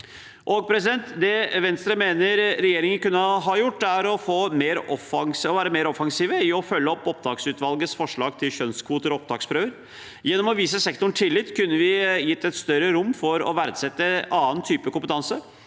skole. Det Venstre mener regjeringen kunne ha gjort, er å være mer offensiv i å følge opptaksutvalgets forslag til skjønnskvoter og opptaksprøver. Gjennom å vise sektoren tillit kunne vi ha gitt et større rom for å verdsette annen type kompetanse.